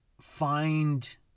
find